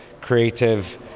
creative